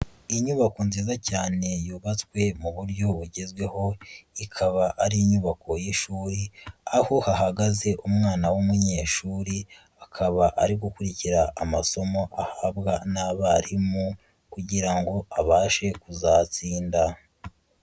Inyubako nziza cyane yubatswe mu buryo bugezweho, ikaba ari inyubako y'ishuri, aho hahagaze umwana w'umunyeshuri, akaba ari gukurikira amasomo ahabwa n'abarimu kugira ngo abashe kuzatsinda.